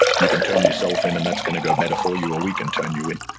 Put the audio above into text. you can turn yourself in, and that's going to go better for you, or we can turn you in.